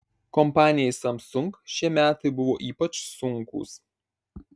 kompanijai samsung šie metai buvo ypač sunkūs